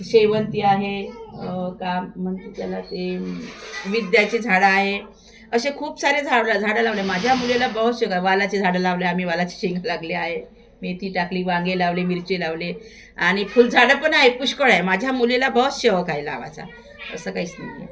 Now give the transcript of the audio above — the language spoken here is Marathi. शेवंती आहे का म्हणजे त्याला ते विद्याची झाडं आहे असे खूप सारे झाड झाडं लावले माझ्या मुलीला बहोत शौक आहे वालाचे झाडं लावले आम्ही वालाचे शेंग लागले आहे मेथी टाकली वांगे लावले मिरची लावले आणि फुलझाडं पण आहेत पुष्कळ आहे माझ्या मुलीला बहोत शौक आहे लावाचा असं काहीच नाही आहे